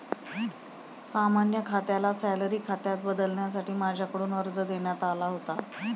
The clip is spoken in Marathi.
सामान्य खात्याला सॅलरी खात्यात बदलण्यासाठी माझ्याकडून अर्ज देण्यात आला होता